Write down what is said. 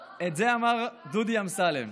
לא, את זה אמר דודי אמסלם.